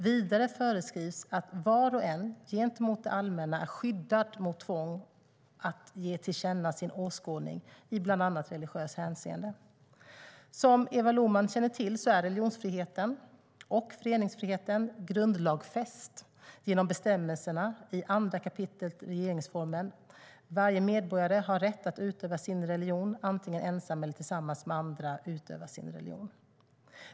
Vidare föreskrivs att var och en gentemot det allmänna är skyddad mot tvång att ge till känna sin åskådning i bland annat religiöst hänseende. Som Eva Lohman känner till är religionsfriheten och föreningsfriheten grundlagsfäst genom bestämmelserna i 2 kap. regeringsformen. Varje medborgare har rätt att utöva sin religion, antingen ensam eller tillsammans med andra.